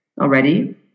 already